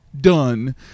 done